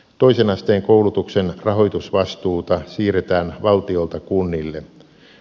toisen asteen koulutuksen rahoitusvastuuta siirretään valtiolta kunnille